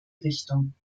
richtung